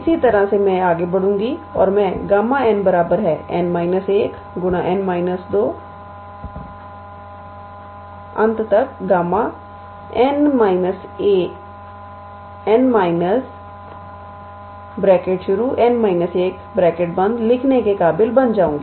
इसी तरह से मैं आगे बढूंगी और मैं Γ𝑛 𝑛 − 1𝑛 − 2 Γ𝑛 − 𝑛 − 1 लिखने के काबिल बन जाऊंगी